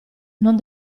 non